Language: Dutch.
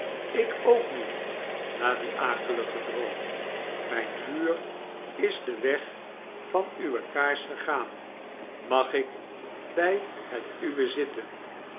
ik ook niet na dien akeligen droom myn vuur is den weg van uwe kaars gegaan mag ik bij het uwe zitten